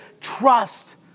trust